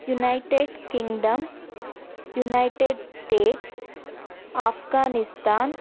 United Kingdom United States Afghanistan